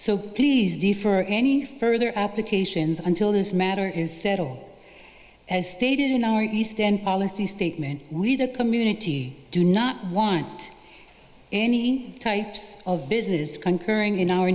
so please d for any further applications until this matter is settled as stated in our east end policy statement we need a community do not want any types of business concurring in our